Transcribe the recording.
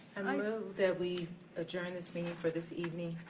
and i move that we adjourn this meeting for this evening,